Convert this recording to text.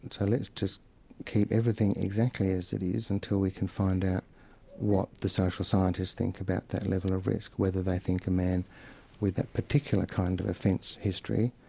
and so let's just keep everything exactly as it is until we can find out what the social scientists think about that level of risk, whether they think a man with that particular kind of offense history,